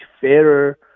fairer